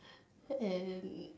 and